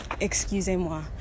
excusez-moi